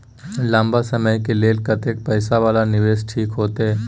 लंबा समय के लेल कतेक पैसा वाला निवेश ठीक होते?